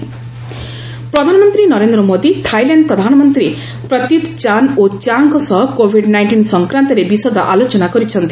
PM Thailand PM ପ୍ରଧାନମନ୍ତ୍ରୀ Narendra Modi Thailand ପ୍ରଧାନମନ୍ତ୍ରୀ Prayut Chanocha ଙ୍କ ସହ କୋଭିଡ୍ ନାଇଷ୍ଟିନ୍ ସଂକ୍ରାନ୍ତରେ ବିଶଦ ଆଲୋଚନା କରିଛନ୍ତି